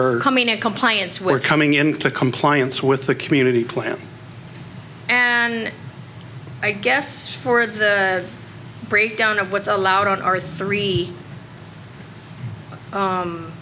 are coming in compliance we're coming into compliance with the community plan and i guess for the breakdown of what's allowed on our three